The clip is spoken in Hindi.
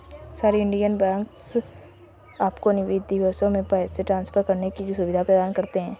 सर, इन्डियन बैंक्स आपको विदेशों में पैसे ट्रान्सफर करने की सुविधा प्रदान करते हैं